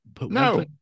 No